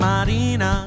Marina